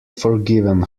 forgiven